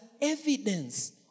evidence